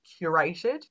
curated